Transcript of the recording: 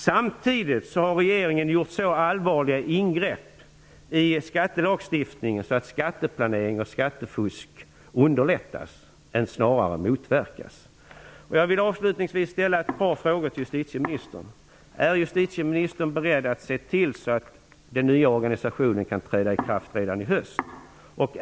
Samtidigt har regeringen gjort så allvarliga ingrepp i skattelagstiftningen att skatteplanering och skattefusk underlättas snarare än motverkas. Jag vill avslutningsvis ställa ett par frågor till justitieministern: Är justitieministern beredd att se till att den nya organisationen kan träda i kraft redan i höst?